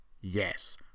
Yes